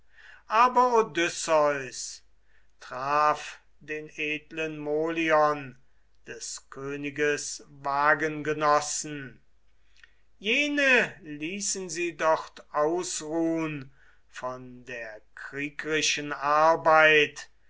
traf den edlen molion des königes wagengenossen jene ließen sie dort ausruhn von der kriegrischen arbeit